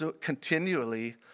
continually